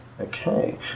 Okay